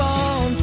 on